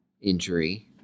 Injury